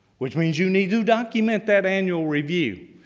which means you need to document that annual review.